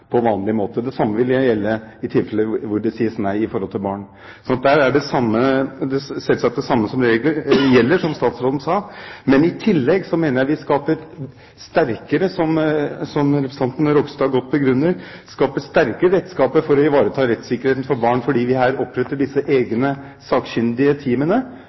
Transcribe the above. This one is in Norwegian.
på vanlig måte. Det samme vil gjelde i tilfeller hvor det sies nei i forhold til barn. Her er det selvsagt det samme som gjelder, som statsråden sa. Men i tillegg mener jeg vi skaper sterkere redskaper, som representanten Ropstad godt begrunner, for å ivareta rettssikkerheten for barn, fordi vi her oppretter disse egne sakkyndige